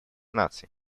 наций